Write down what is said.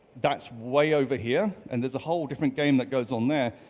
that's way over here, and there's a whole different game that goes on there,